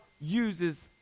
uses